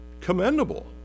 commendable